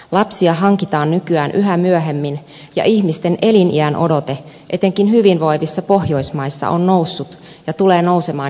lapsia hankitaan nykyään yhä myöhemmin ja ihmisten eliniänodote etenkin hyvinvoivissa pohjoismaissa on noussut ja tulee nousemaan jatkossakin